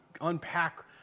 unpack